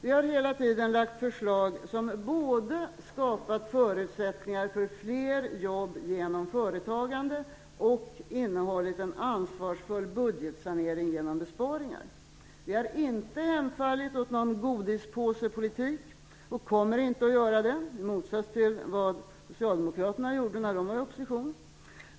Vi har hela tiden lagt fram förslag som både har skapat förutsättningar för fler jobb genom företagande och innehållit en ansvarsfull budgetsanering genom besparingar. Vi har inte hemfallit åt någon godispåse-politik och kommer inte att göra det, i motsats till vad Socialdemokraterna gjorde i opposition.